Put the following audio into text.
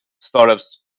startups